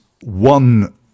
one